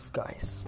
guys